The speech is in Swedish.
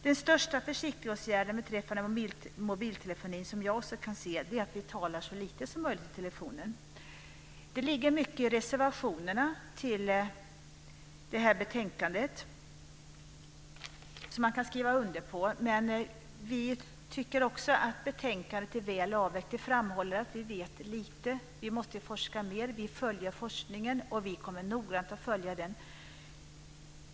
Den största försiktighetsåtgärden beträffande mobiltelefonin som jag kan se är att vi talar så lite som möjligt i telefonen. Det ligger mycket i reservationerna till det här betänkandet som man kan skriva under på. Men vi tycker också att betänkandet är väl avvägt. Det framhåller att vi vet lite. Vi måste forska mer, och vi kommer noggrant att följa forskningen.